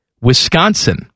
Wisconsin